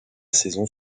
saison